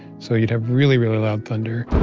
so you'd have really, really loud thunder.